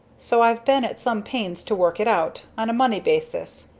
so i've been at some pains to work it out on a money basis.